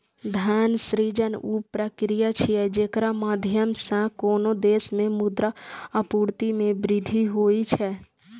धन सृजन ऊ प्रक्रिया छियै, जेकरा माध्यम सं कोनो देश मे मुद्रा आपूर्ति मे वृद्धि होइ छै